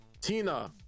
Tina